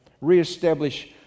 re-establish